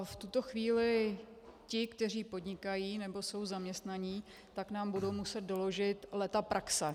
V tuto chvíli ti, kteří podnikají nebo jsou zaměstnaní, nám budou muset doložit léta praxe.